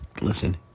Listen